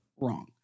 wrong